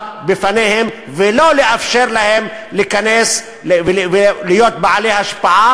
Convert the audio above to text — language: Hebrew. בפניהם ולא לאפשר להם להיכנס ולהיות בעלי השפעה.